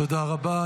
תודה רבה.